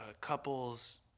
couple's